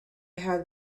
had